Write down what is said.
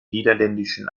niederländischen